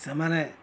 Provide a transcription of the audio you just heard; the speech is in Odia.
ସେମାନେ